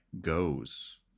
goes